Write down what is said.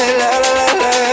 la-la-la-la